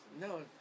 No